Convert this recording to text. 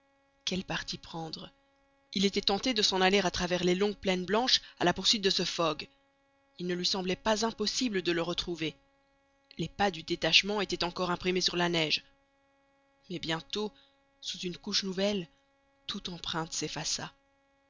quel parti prendre il était tenté de s'en aller à travers les longues plaines blanches à la poursuite de ce fogg il ne lui semblait pas impossible de le retrouver les pas du détachement étaient encore imprimés sur la neige mais bientôt sous une couche nouvelle toute empreinte